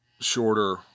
shorter